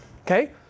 okay